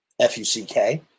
F-U-C-K